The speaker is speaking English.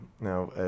Now